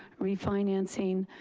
refinancing,